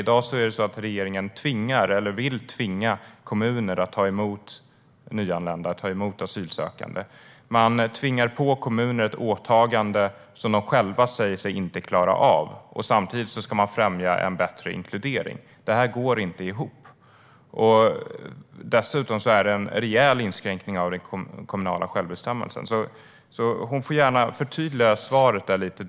I dag vill regeringen tvinga kommuner att ta emot nyanlända och asylsökande. Man tvingar på kommuner ett åtagande som de själva säger sig inte klara av samtidigt som man vill främja en bättre inkludering. Det här går inte ihop. Dessutom innebär det en rejäl inskränkning av det kommunala självbestämmandet. Hon får gärna förtydliga svaret lite.